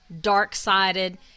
dark-sided